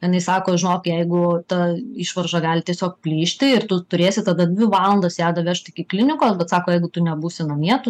jinai sako žinok jeigu ta išvarža gali tiesiog plyšti ir tu turėsi tada dvi valandas ją davežt iki klinikos bet sako jeigu tu nebūsi namie tu